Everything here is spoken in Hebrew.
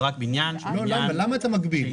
זה רק בניין --- למה אתה מגביל?